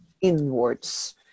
inwards